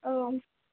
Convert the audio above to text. औ